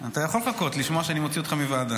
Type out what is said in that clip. אתה יכול לחכות, לשמוע שאני מוציא אותך מוועדה.